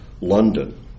London